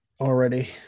already